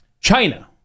China